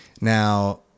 Now